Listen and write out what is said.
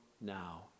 now